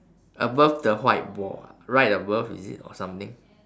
above the white wall ah right above is it or something